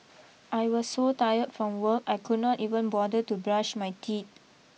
I was so tired from work I could not even bother to brush my teeth